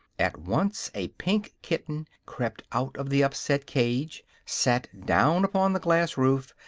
at once a pink kitten crept out of the upset cage, sat down upon the glass roof,